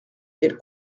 elles